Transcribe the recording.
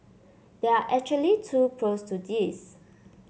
there are actually two pros to this